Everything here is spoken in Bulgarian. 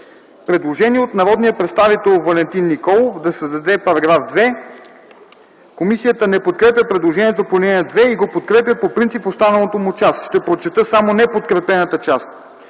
Предложение от народния представител Валентин Николов да се създаде § 2. Комисията не подкрепя предложението по ал. 2 и го подкрепя по принцип в останалата му част. Ще прочета само неподкрепената част: